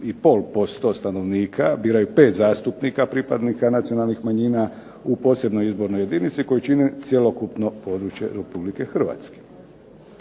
od 1,5% stanovnika biraju 5 zastupnika pripadnika nacionalnih manjina u posebnoj izbornoj jedinici koje čini cjelokupno područje RH.